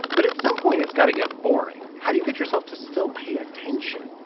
but at some point it's got to get boring. how do you get yourself to still pay attention?